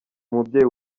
umubyeyi